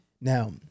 Now